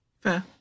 Fair